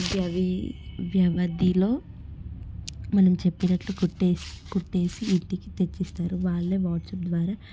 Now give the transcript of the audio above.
వ్యవి వ్యవధిలో మనం చెప్పినట్లు కుట్టేసి కుట్టేసి ఇంటికి తెచ్చిస్తారు వాళ్ళే వాట్సాప్ ద్వారా